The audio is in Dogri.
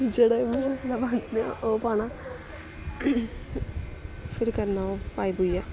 जेह्ड़ा ओह् पाना फिर करना ओह् पाई पुइयै